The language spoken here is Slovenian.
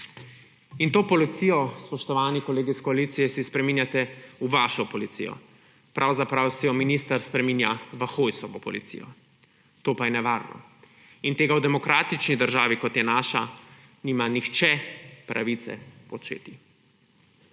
In to policijo, spoštovani kolegi iz koalicije, si spreminjate v vašo policijo. Pravzaprav si jo minister spreminja v Hojsovo policijo. To pa je nevarno in tega v demokratični državi, kot je naša, nima nihče pravice početi.